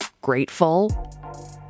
grateful